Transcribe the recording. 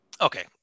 Okay